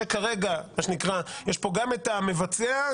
שכרגע יש פה גם את המבצע,